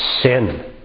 sin